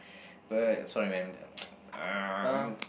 but I'm sorry man um